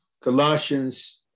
Colossians